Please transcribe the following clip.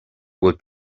bhfuil